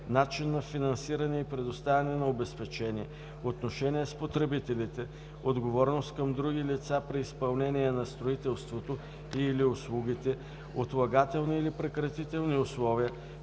начин на финансиране и предоставяне на обезпечения, отношения с потребителите, отговорност към други лица при изпълнение на строителството и/или услугите, отлагателни или прекратителни условия,